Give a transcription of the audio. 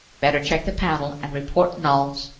better check the panel and report nulls,